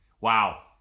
Wow